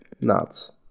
Nuts